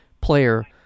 player